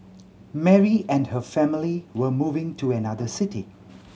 Mary and her family were moving to another city